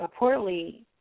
reportedly